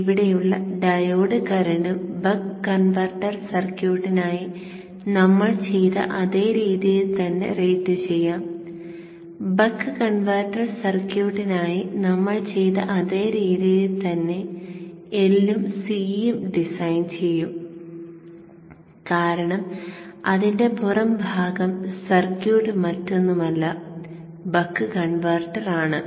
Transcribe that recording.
ഇവിടെയുള്ള ഡയോഡ് കറന്റും buck converter സർക്യൂട്ടിനായി നമ്മൾ ചർച്ച ചെയ്ത അതേ രീതിയിൽ തന്നെ റേറ്റുചെയ്യാം ബക്ക് കൺവെർട്ടർ സർക്യൂട്ടിനായി നമ്മൾ ചെയ്ത അതേ രീതിയിൽ തന്നെ L ഉം C യും ഡിസൈൻ ചെയ്യും കാരണം അതിന്റെ പുറം ഭാഗം സർക്യൂട്ട് മറ്റൊന്നുമല്ല ബക്ക് കൺവെർട്ടർ ആണ്